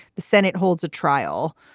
the senate holds a trial.